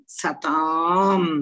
satam